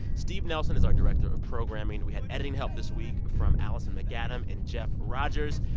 steve nelson is our director of programming. we had editing help this week from alison macadam and jeff rogers.